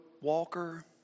walker